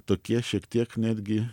tokie šiek tiek netgi